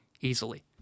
easily